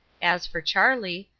as for charlie,